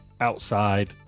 outside